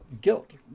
guilt